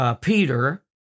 Peter